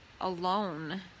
alone